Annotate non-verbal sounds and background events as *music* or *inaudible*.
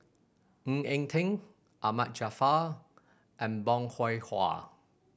Ng Eng Teng Ahmad Jaafar and Bong *unintelligible* Hwa